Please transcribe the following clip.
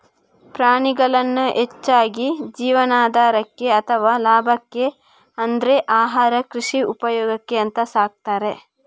ಪ್ರಾಣಿಗಳನ್ನ ಹೆಚ್ಚಾಗಿ ಜೀವನಾಧಾರಕ್ಕೆ ಅಥವಾ ಲಾಭಕ್ಕೆ ಅಂದ್ರೆ ಆಹಾರ, ಕೃಷಿ ಉಪಯೋಗಕ್ಕೆ ಅಂತ ಸಾಕ್ತಾರೆ